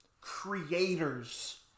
creators